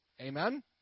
Amen